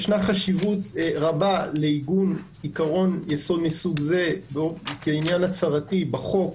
ישנה חשיבות רבה לעיגון עקרון יסוד מסוג זה כעניין הצהרתי בחוק.